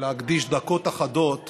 להקדיש דקות אחדות